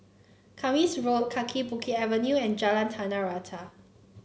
Kismis Road Kaki Bukit Avenue and Jalan Tanah Rata